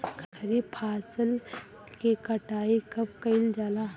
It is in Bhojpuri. खरिफ फासल के कटाई कब कइल जाला हो?